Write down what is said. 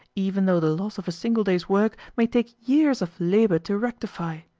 even though the loss of a single day's work may take years of labour to rectify.